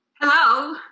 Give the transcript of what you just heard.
Hello